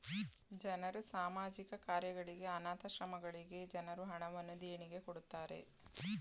ಜನರು ಸಾಮಾಜಿಕ ಕಾರ್ಯಗಳಿಗೆ, ಅನಾಥ ಆಶ್ರಮಗಳಿಗೆ ಜನರು ಹಣವನ್ನು ದೇಣಿಗೆ ಕೊಡುತ್ತಾರೆ